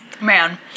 man